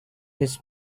his